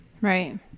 right